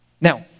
Now